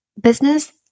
business